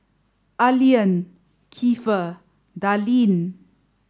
Allean Kiefer Darline